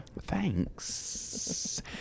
Thanks